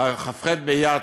כ"ח באייר התשע"א,